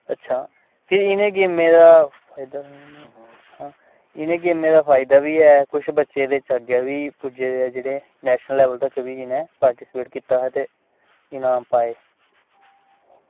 ते अच्छा फी इनें गेमें दा फायदा बी ऐ कुछ बच्चे अग्गें बी पुज्जे दे नेशनल लेवल पर जिनें पारर्टिस्पेट कीता हा ते ईनाम पाए